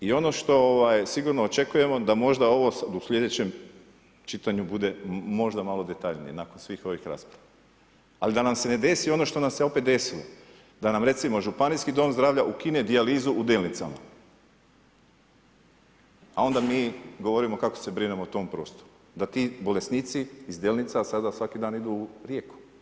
I ono što sigurno očekujemo da možda ovo u sljedećem čitanju bude možda malo detaljnije, nakon svih ovih rasprava, ali da nam se ne desi ono što nam se opet desilo, da nam recimo županijski dom zdravlja ukine dijalizu u Delnicama, a onda mi govorimo kako se brinemo o tom prostoru, da ti bolesnici, sada svaki dan idu u Rijeku.